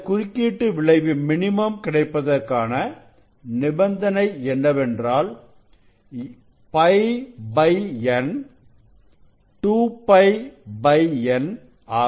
இந்த குறுக்கீட்டு விளைவு மினிமம் கிடைப்பதற்கான நிபந்தனை என்னவென்றால் πN 2πN ஆகும்